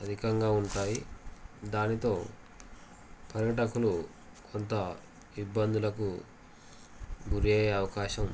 అధికంగా ఉంటాయి దానితో పర్యాటకులు కొంత ఇబ్బందులకు గురి అయ్యే అవకాశం